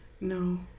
No